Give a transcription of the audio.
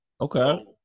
Okay